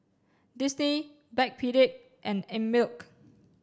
Disney Backpedic and Einmilk